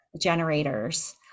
generators